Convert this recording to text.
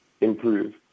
improve